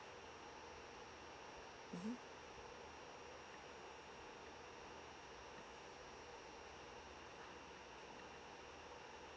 mmhmm